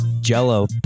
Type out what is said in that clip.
Jell-O